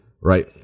right